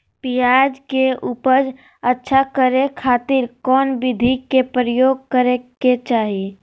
प्याज के उपज अच्छा करे खातिर कौन विधि के प्रयोग करे के चाही?